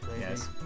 yes